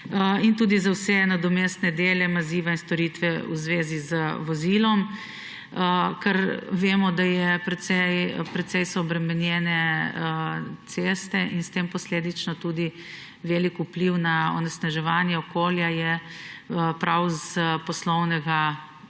in tudi za vse nadomestne dele, maziva in storitve v zvezi z vozilom, kar vemo, da so precej obremenjene ceste in s tem je posledično tudi velik vpliv na onesnaževanje okolja prav s poslovnega